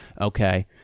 okay